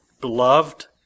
Beloved